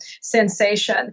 sensation